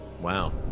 Wow